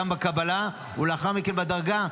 גם בקבלה ולאחר מכן בדרגה.